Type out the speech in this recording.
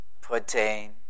protein